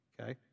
Okay